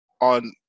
on